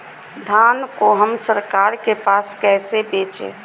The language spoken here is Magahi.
धान को हम सरकार के पास कैसे बेंचे?